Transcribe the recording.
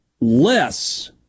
less